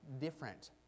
different